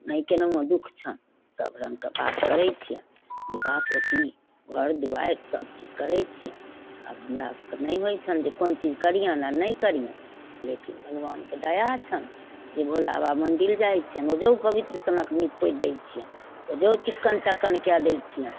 ने केनहुओ दुःख छन सब रङ्गके बात करय छियनि नीपा पोती घर दुआरि सबचीज करय छियनि आब हमरासँ तऽ नहि होइ छनि जे कोन चीज करीयन नहि करीयन लेकिन भगवानके दया छनि जे भोला बाबा मन्दिर जाइ छियनि ओइजाँ पवित्र सनक नीप पोति दै छियनि ओइजाँ चिक्कन चाक्कन कए दै छियनि